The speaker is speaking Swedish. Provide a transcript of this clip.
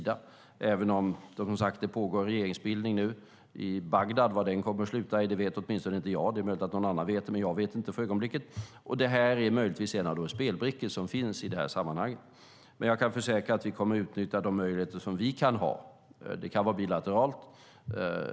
Det pågår som sagt en regeringsbildning i Bagdad. Vad den kommer att sluta i vet åtminstone inte jag. Det är möjligt att någon annan vet, men jag vet inte det för ögonblicket. Det här är möjligtvis en av de spelbrickor som finns i sammanhanget. Jag kan försäkra att vi kommer att utnyttja de möjligheter som vi kan ha. Det kan ske bilateralt.